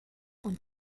und